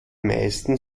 meisten